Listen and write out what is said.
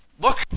Look